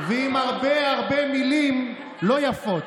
ועם הרבה הרבה מילים לא יפות.